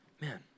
man